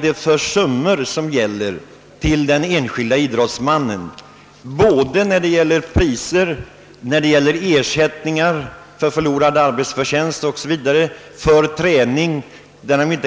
belopp som utgår till den enskilde idrotts mannen både i form av priser och ersättning för förlorad arbetsförtjänst vid träning och tävlingar.